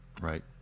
Right